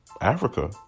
Africa